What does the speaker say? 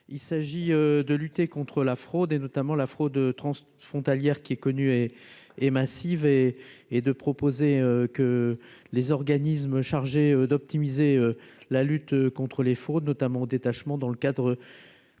il s'agit de lutter contre la fraude et notamment la fraude transfrontalière qui est connu et et massive et et de proposer que les organismes chargés d'optimiser la lutte contre les fraudes, notamment détachement dans le cadre